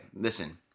Listen